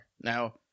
Now